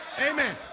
Amen